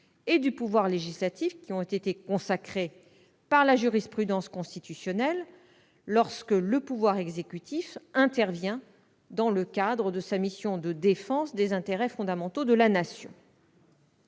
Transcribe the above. et du pouvoir législatif, qui a été consacrée par la jurisprudence constitutionnelle, lorsque le pouvoir exécutif intervient dans le cadre de sa mission de défense des intérêts fondamentaux de la Nation.